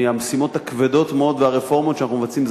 מהמשימות הכבדות מאוד והרפורמות שאנחנו מבצעים.